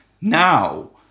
Now